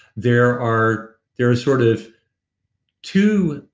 there are there are sort of two